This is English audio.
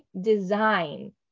design